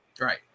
Right